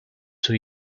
two